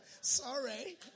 sorry